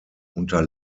unter